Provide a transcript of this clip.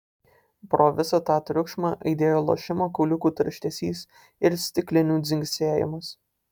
pro visą tą triukšmą aidėjo lošimo kauliukų tarškesys ir stiklinių dzingsėjimas